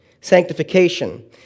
Sanctification